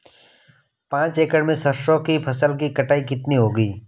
पांच एकड़ में सरसों की फसल की कटाई कितनी होगी?